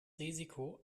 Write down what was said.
risiko